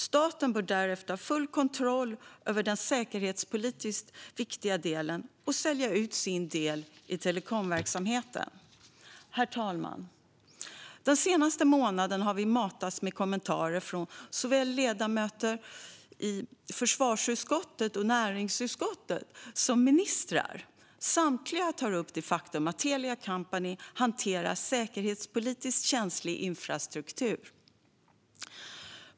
Staten bör därefter ha full kontroll över den säkerhetspolitiskt viktiga delen och sälja ut sin del i telekomverksamheten. Herr talman! Den senaste månaden har vi matats med kommentarer från såväl ledamöter i försvarsutskottet och näringsutskottet som från ministrar. Samtliga tar upp det faktum att Telia Company hanterar säkerhetspolitiskt känslig infrastruktur.